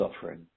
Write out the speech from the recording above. suffering